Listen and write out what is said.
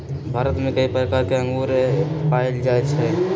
भारत में कई प्रकार के अंगूर पाएल जाई छई